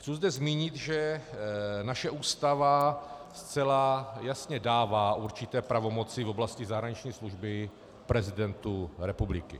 Chci zde zmínit, že naše Ústava zcela jasně dává určité pravomoci v oblasti zahraniční služby prezidentu republiky.